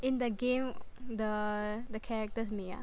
in the game the characters 美啊